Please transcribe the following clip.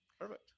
Perfect